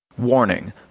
Warning